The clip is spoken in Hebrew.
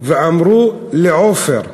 ואמרו לעופר,